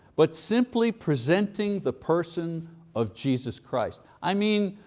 but simply presenting the person of jesus christ. i mean,